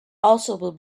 also